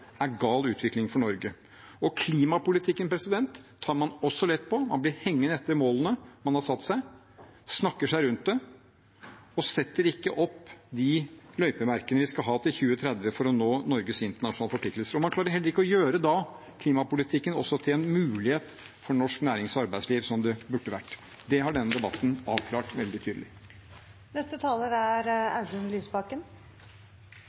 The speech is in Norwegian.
er gal utvikling for Norge. Klimapolitikken tar man også lett på, man blir hengende etter målene man har satt seg, snakker seg rundt det og setter ikke opp de løypemerkene vi skal ha til 2030 for å nå Norges internasjonale forpliktelser. Man klarer heller ikke å gjøre klimapolitikken til også en mulighet for norsk nærings- og arbeidsliv, som det burde vært. Det har denne debatten avklart veldig tydelig.